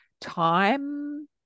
time